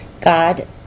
God